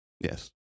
Yes